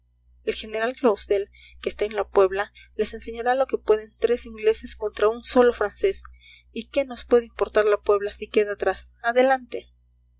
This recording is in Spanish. el general clausel que está en la puebla les enseñará lo que pueden tres ingleses contra un solo francés y qué nos puede importar la puebla si queda atrás adelante